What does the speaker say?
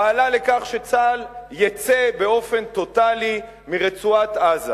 פעלה לכך שצה"ל יצא באופן טוטלי מרצועת-עזה,